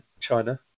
China